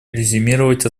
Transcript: резюмировать